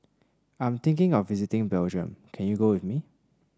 I'm thinking of visiting Belgium can you go with me